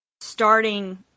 starting